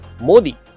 Modi